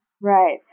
Right